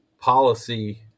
policy